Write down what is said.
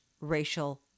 racial